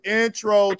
intro